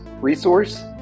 resource